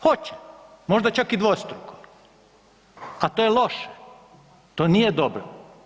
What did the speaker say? Hoće, možda čak i dvostruko, a to je loše, to nije dobro.